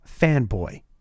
fanboy